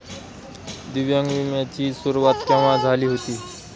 दिव्यांग विम्या ची सुरुवात केव्हा झाली होती?